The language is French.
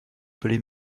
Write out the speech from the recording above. blé